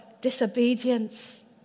disobedience